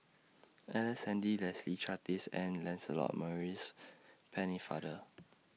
Ellice Handy Leslie Charteris and Lancelot Maurice Pennefather